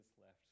left